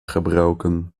gebroken